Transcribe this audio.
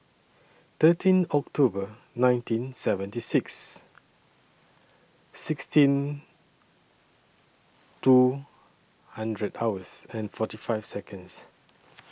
thirteen October nineteen seventy six sixteen two and and forty five Seconds